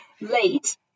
late